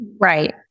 Right